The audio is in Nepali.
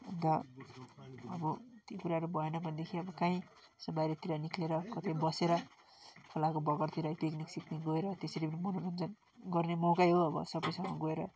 अन्त अब ती कुराहरू भएन भनेदेखि अब कहीँ यसो बाहिरतिर निक्लेर कतै बसेर खोलाको बगरतिर पिक्निक सिक्निक गएर त्यसरी पनि मनोरञ्जन गर्ने मौकै हो अब सबैसँग गएर